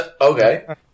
Okay